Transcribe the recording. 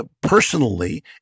personally